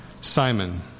Simon